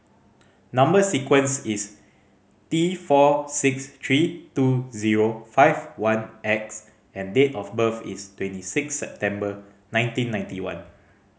number sequence is T four six three two zero five one X and date of birth is twenty six September nineteen ninety one